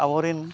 ᱟᱵᱚᱨᱮᱱ